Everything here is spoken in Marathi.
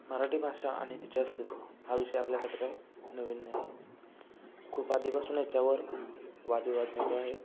मराठी भाषा आणि तिचे अस्तित्व हा विषय आपल्यासाठी काही नवीन नाही आहे खूप आधीपासून याच्यावर वादविवाद चालू आहेत